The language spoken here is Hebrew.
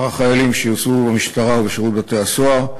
החיילים שיוצבו במשטרה ובשירות בתי-הסוהר.